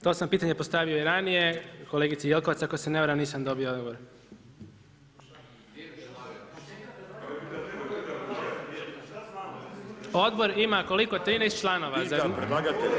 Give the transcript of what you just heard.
To sam pitanje postavio i ranije, kolegici Jelkovac, ako se ne varam nisam dobio odgovor. … [[Govornici govore istovremeno, ne razumije se.]] Odbor ima, koliko 13 članova.